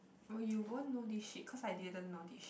oh you won't know this shit cause I didn't know this shit